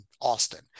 Austin